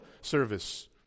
service